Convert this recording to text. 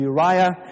Uriah